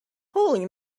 holy